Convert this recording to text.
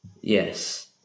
Yes